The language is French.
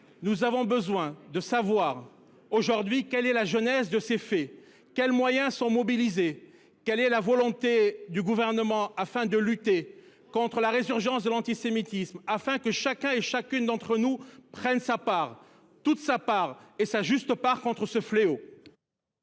nous avons besoin de savoir quelle est la genèse de ces faits, quels moyens sont mobilisés pour les empêcher et quelle est la volonté du Gouvernement de lutter contre la résurgence de l’antisémitisme, afin que chacune et chacun d’entre nous prenne sa part, toute sa part, sa juste part, dans la